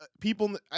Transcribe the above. people